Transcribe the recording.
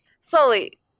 slowly